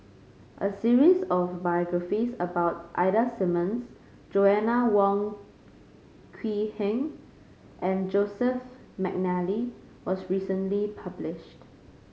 a series of biographies about Ida Simmons Joanna Wong Quee Heng and Joseph McNally was recently published